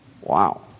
Wow